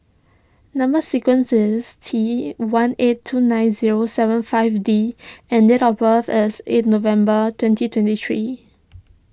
Number Sequence is T one eight two nine zero seven five D and date of birth is eight November twenty twenty three